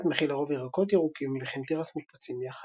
הסלט מכיל לרוב ירקות ירוקים וכן תירס מוקפצים יחד.